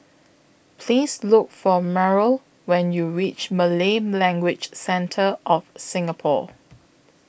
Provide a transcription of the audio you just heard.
Please Look For Meryl when YOU REACH Malay Language Centre of Singapore